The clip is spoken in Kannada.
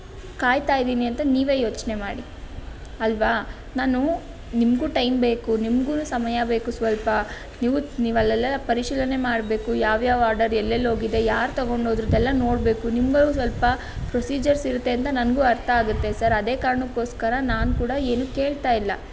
ಕಾಯ್ತಾ ಇದ್ದೀನಿ ಅಂತ ನೀವೇ ಯೋಚನೆ ಮಾಡಿ ಅಲ್ವಾ ನಾನು ನಿಮಗೂ ಟೈಮ್ ಬೇಕು ನಿಮಗೂ ಸಮಯ ಬೇಕು ಸ್ವಲ್ಪ ನೀವು ನೀವಲ್ಲೆಲ್ಲ ಪರಿಶೀಲನೆ ಮಾಡಬೇಕು ಯಾವ್ಯಾವ ಆಡರ್ ಎಲ್ಲೆಲ್ಲೋಗಿದೆ ಯಾರು ತೊಗೊಂಡೋದ್ರು ಇದೆಲ್ಲ ನೋಡಬೇಕು ನಿಮಗೂ ಸ್ವಲ್ಪ ಪ್ರೊಸೀಜರ್ಸ್ ಇರತ್ತೆ ಅಂತ ನನಗೂ ಅರ್ಥ ಆಗತ್ತೆ ಸರ್ ಅದೇ ಕಾರಣಕ್ಕೋಸ್ಕರ ನಾನು ಕೂಡ ಏನೂ ಕೇಳ್ತಾ ಇಲ್ಲ